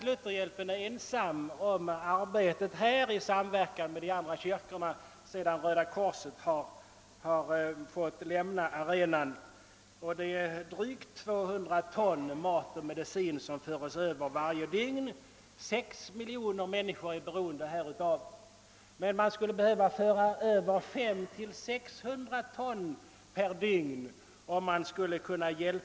Lutherhjälpen är i samverkan med de andra kyrkorna nu ensam om hjälparbetet i Biafra, sedan Röda korset har fått lämna arenan. Den hjälpen uppgår varje dygn till drygt 200 ton mat och medicin, och sex miljoner människor är beroende av de sändningarna. Men man skulle behöva föra över 500 'å 600 ton per dygn för att kunna bistå alla.